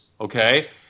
okay